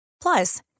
Plus